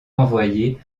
envoyés